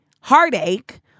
heartache